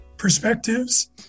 perspectives